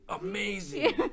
amazing